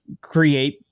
create